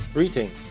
Greetings